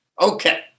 Okay